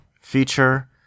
feature